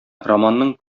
романның